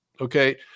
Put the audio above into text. Okay